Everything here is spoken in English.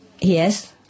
yes